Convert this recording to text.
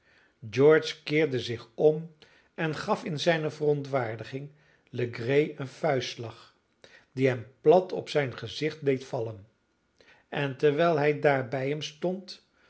george keerde zich om en gaf in zijne verontwaardiging legree een vuistslag die hem plat op zijn gezicht deed vallen en terwijl hij daar bij hem stond